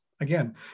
again